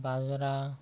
ବାଜରା